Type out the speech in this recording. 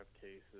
cases